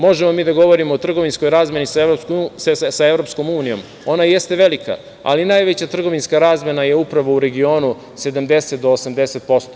Možemo mi da govorimo o trgovinskoj razmeni sa Evropskom unijom, ona jeste velika, ali najveća trgovinska razmena je upravo u regionu, 70 do 80%